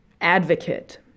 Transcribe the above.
advocate